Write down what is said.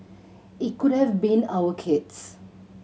it could have been our kids